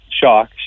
shock